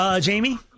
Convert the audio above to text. Jamie